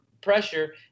pressure